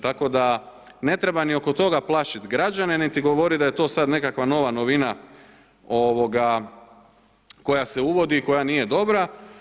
Tako da ne treba niti oko toga plašiti građane niti govoriti da je to sad nekakva nova novina koja se uvodi i koja nije dobra.